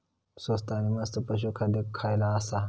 स्वस्त आणि मस्त पशू खाद्य खयला आसा?